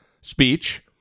speech